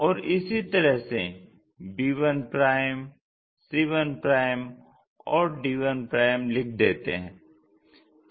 और इसी तरह से b1 c1 और d1 लिख देते हैं